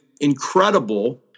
incredible